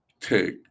take